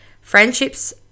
friendships